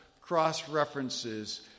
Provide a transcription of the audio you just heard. cross-references